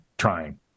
trying